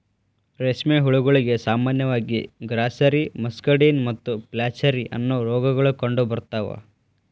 ರೇಷ್ಮೆ ಹುಳಗಳಿಗೆ ಸಾಮಾನ್ಯವಾಗಿ ಗ್ರಾಸ್ಸೆರಿ, ಮಸ್ಕಡಿನ್ ಮತ್ತು ಫ್ಲಾಚೆರಿ, ಅನ್ನೋ ರೋಗಗಳು ಕಂಡುಬರ್ತಾವ